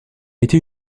été